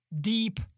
deep